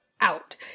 out